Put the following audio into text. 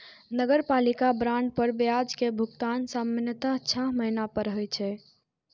नगरपालिका बांड पर ब्याज के भुगतान सामान्यतः छह महीना पर होइ छै